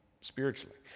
spiritually